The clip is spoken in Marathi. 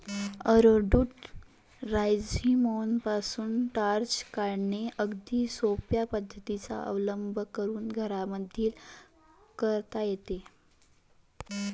ॲरोरूट राईझोमपासून स्टार्च काढणे अगदी सोप्या पद्धतीचा अवलंब करून घरांमध्येही करता येते